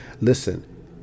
listen